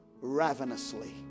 ravenously